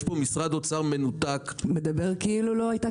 יש פה משרד אוצר מנותק -- אתה מדבר כאילו לא הייתה